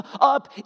up